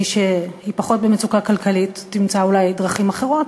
מי שפחות במצוקה כלכלית תמצא אולי דרכים אחרות